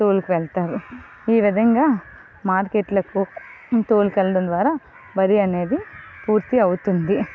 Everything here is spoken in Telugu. తోలుకు వెళ్తారు ఈ విధంగా మార్కెట్లకు తోలుకు వెళ్ళడం వల్ల వరి అనేది పూర్తి అవుతుంది